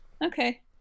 Okay